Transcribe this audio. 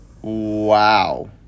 wow